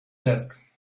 desk